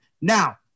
Now